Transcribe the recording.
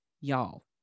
y'all